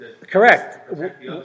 Correct